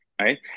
right